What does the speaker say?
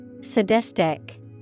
Sadistic